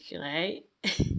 right